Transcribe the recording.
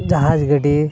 ᱡᱟᱦᱟᱡᱽ ᱜᱟᱹᱰᱤ